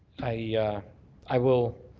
i i will,